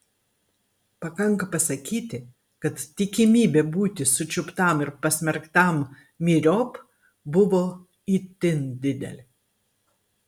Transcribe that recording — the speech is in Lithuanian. pakanka pasakyti kad tikimybė būti sučiuptam ir pasmerktam myriop buvo itin didelė